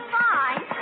fine